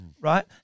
right